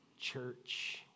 church